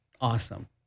awesome